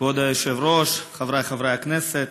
כבוד היושב-ראש, חבריי חברי הכנסת,